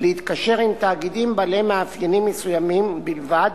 להתקשר עם תאגידים בעלי מאפיינים מסוימים בלבד